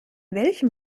welchen